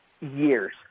years